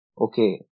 okay